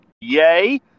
Yay